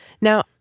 Now